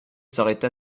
s’arrêta